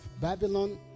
Babylon